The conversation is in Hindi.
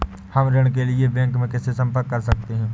हम ऋण के लिए बैंक में किससे संपर्क कर सकते हैं?